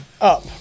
Up